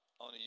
on